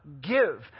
give